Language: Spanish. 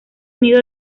nido